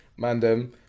mandem